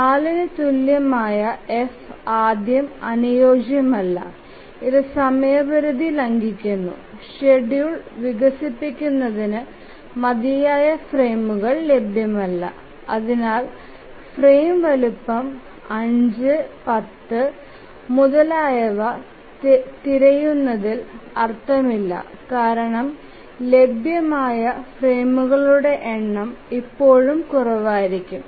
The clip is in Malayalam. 4 ന് തുല്യമായ F ആദ്യം അനുയോജ്യമല്ല ഇത് സമയപരിധി ലംഘിക്കുന്നു ഷെഡ്യൂൾ വികസിപ്പിക്കുന്നതിന് മതിയായ ഫ്രെയിമുകൾ ലഭ്യമല്ല അതിനാൽ ഫ്രെയിം വലുപ്പം 5 10 മുതലായവ തിരയുന്നതിൽ അർത്ഥമില്ല കാരണം ലഭ്യമായ ഫ്രെയിമുകളുടെ എണ്ണം ഇപ്പോഴും കുറവായിരിക്കും